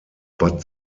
but